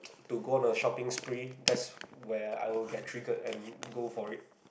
to go on a shopping spree that's where I will get triggered and go for it